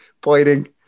pointing